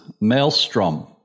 Maelstrom